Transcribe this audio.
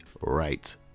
right